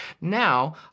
Now